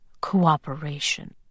cooperation